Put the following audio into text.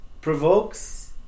provokes